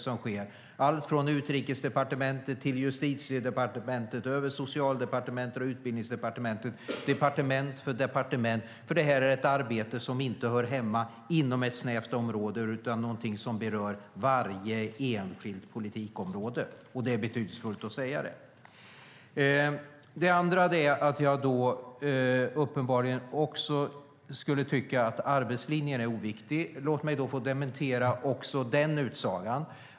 Det är allt från Utrikesdepartementet till Justitiedepartementet, över Socialdepartementet och Utbildningsdepartementet - departement för departement. Detta är ett arbete som inte hör hemma inom ett snävt område utan berör varje enskilt politikområde. Det är betydelsefullt att säga det. Uppenbarligen skulle jag också tycka att arbetslinjen är oviktig. Låt mig få dementera också den utsagan.